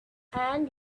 and